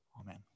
amen